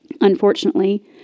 Unfortunately